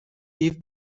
give